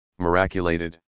miraculated